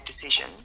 decision